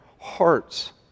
hearts